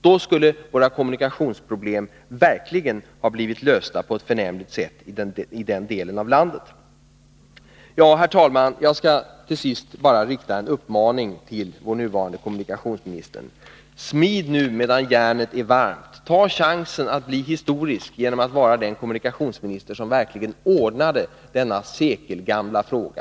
Då skulle kommunikationsproblemen i denna del av landet verkligen ha blivit lösta på ett förnämligt sätt. Jag skall, herr talman, till sist bara rikta en uppmaning till vår nuvarande kommunikationsminister. Smid nu, medan järnet är varmt! Ta chansen att bli historisk, genom att vara den kommunikationsminister som verkligen ordnade denna sekelgamla fråga!